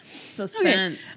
Suspense